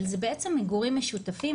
אבל זה בעצם מגורים משותפים,